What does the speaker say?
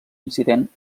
incident